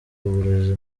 uburezi